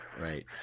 Right